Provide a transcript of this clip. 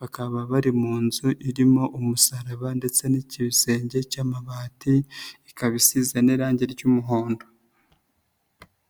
bakaba bari mu nzu irimo umusaraba ndetse n'ikisenge cy'amabati, ikaba isize n'irangi ry'umuhondo.